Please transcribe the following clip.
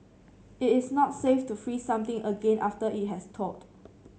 it is not safe to freeze something again after it has thawed